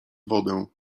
wodę